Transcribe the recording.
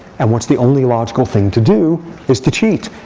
and what's the only logical thing to do is to cheat?